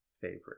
favorite